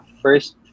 first